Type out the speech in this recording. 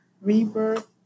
rebirth